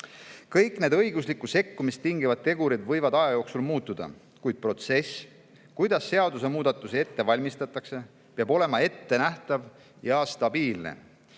Kõik need õiguslikku sekkumist tingivad tegurid võivad aja jooksul muutuda, kuid protsess, kuidas seadusemuudatusi ette valmistatakse, peab olema ettenähtav ja stabiilne.